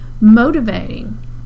motivating